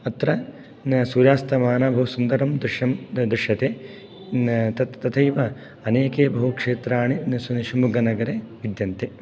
अत्र न सूर्यास्तमनः बहुसुन्दरं दृश्यं दृश्यते न तत् तथैव अनेके बहुक्षेत्राणि शिव्मोग्गानगरे विद्यन्ते